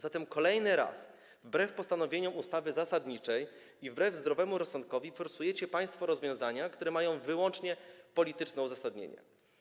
Zatem kolejny raz wbrew postanowieniom ustawy zasadniczej i wbrew zdrowemu rozsądkowi forsujecie państwo rozwiązania, które mają wyłącznie polityczne uzasadnienie.